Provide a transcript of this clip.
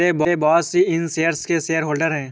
मेरे बॉस ही इन शेयर्स के शेयरहोल्डर हैं